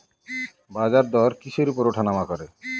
বাজারদর কিসের উপর উঠানামা করে?